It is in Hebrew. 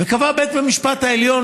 וקבע בית המשפט העליון